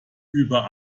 über